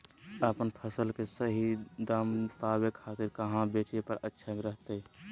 अपन फसल के सही दाम पावे खातिर कहां बेचे पर अच्छा रहतय?